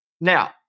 Now